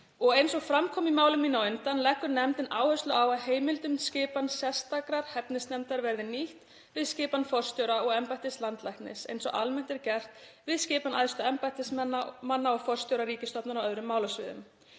og eins og fram kom í máli mínu á undan leggur nefndin áherslu á að heimild um skipan sérstakrar hæfnisnefndar verði nýtt við skipan forstjóra og embættis landlæknis eins og almennt er gert við skipan æðstu embættismanna og forstjóra ríkisstofnana á öðrum málasviðum.